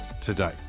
today